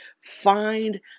Find